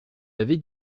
l’avez